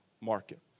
market